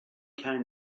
came